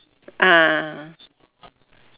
ah